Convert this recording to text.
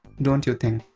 don't you think?